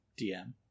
DM